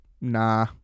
nah